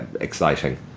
exciting